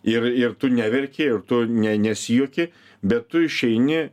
ir ir tu neverki ir tu ne nesijuoki bet tu išeini